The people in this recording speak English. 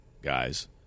guys